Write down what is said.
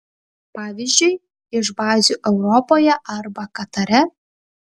pavyzdžiui iš bazių europoje arba katare